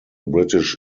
british